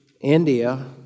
India